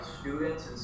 students